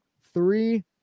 three